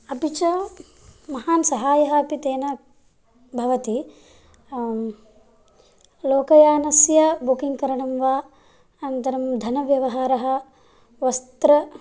अपि च महान् साहाय्यम् अपि तेन भवति लोकयानस्य बुकिङ्ग् करणं वा अनन्तरं धनव्यवहारः वस्त्र